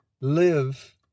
live